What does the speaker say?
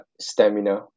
stamina